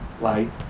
Light